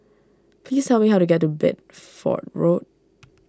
please tell me how to get to Bedford Road